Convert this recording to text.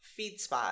Feedspot